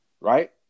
Right